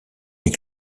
des